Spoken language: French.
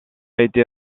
été